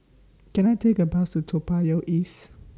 Can I Take A Bus to Toa Payoh East